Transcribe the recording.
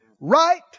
right